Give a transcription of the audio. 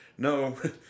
No